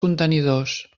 contenidors